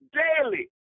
daily